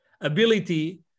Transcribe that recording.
ability